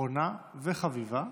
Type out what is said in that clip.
אחרונה וחביבה,